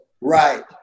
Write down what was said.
right